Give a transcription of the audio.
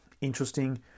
Interesting